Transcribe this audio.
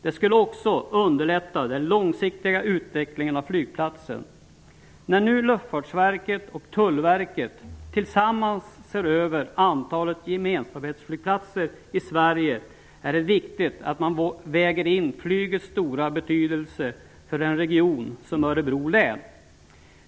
Den skulle också underlätta den långsiktiga utvecklingen av flygplatsen. När nu Luftfartsverket och Tullverket tillsammans ser över antalet gemenskapsflygplatser i Sverige är det viktigt att man väger in flygets stora betydelse för en region som Örebro län.